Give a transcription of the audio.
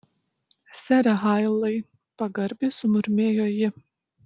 sere hailai pagarbiai sumurmėjo ji